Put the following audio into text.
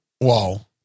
wow